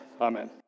Amen